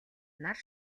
нар